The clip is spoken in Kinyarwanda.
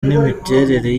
n’imiterere